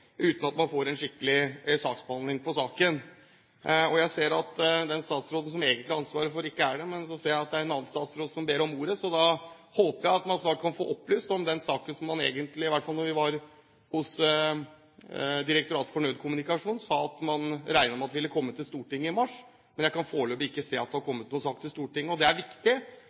uten at man får en skikkelig saksbehandling av saken. Jeg ser at den statsråden som egentlig har ansvaret for saken, ikke er her, men jeg ser at en annen statsråd ber om ordet, og da håper jeg at man snart kan få nærmere opplysninger om den saken som man i Direktoratet for nødkommunikasjon – da vi var der – regnet med ville komme til Stortinget i mars. Jeg kan foreløpig ikke se at det har kommet noen sak til Stortinget. Det er viktig,